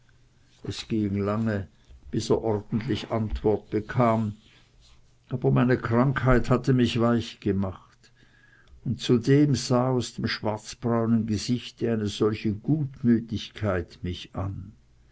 es ging lange bis er ordentlich antwort bekam aber meine krankheit hatte mich weich gemacht und zudem sah aus dem schwarzbraunen gesichte eine solche gutmütigkeit mich an